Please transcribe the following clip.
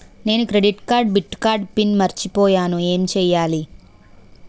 నేను credit card debit card PIN మర్చిపోయేను ఎం చెయ్యాలి?